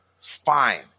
fine